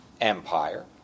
empire